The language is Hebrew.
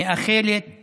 מאחלת